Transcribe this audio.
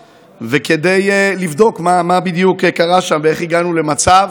וכדי לבדוק מה בדיוק קרה שם ואיך הגענו למצב